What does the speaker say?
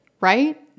right